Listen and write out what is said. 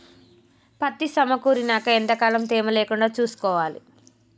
పత్తి సమకూరినాక ఎంత కాలం తేమ లేకుండా చూసుకోవాలి?